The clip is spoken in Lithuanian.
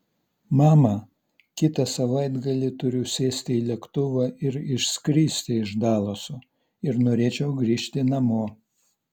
mama kitą savaitgalį turiu sėsti į lėktuvą ir išskristi iš dalaso ir norėčiau grįžt namo